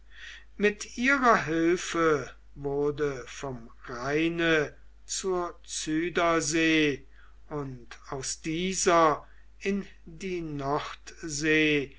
mit ihrer hilfe wurde vom rheine zur zuidersee und aus dieser in die nordsee